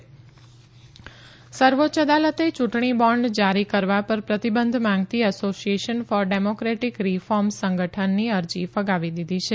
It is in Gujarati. એસસી ઇલેક્ટ્રોરલ બોન્ડ્સ સર્વોચ્ય અદાલતે યૂંટણી બોન્ડ જારી કરવા પર પ્રતિબંધ માંગતી એસોસિએશન ફોર ડેમોક્રેટિક રિફોર્મ્સ સંગઠનની અરજી ફગાવી દીધી છે